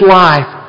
life